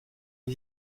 les